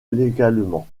légalement